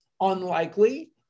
unlikely